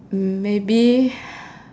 mm maybe